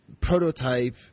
prototype